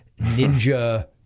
ninja